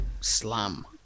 slam